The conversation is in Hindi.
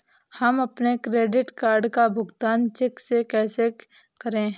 हम अपने क्रेडिट कार्ड का भुगतान चेक से कैसे करें?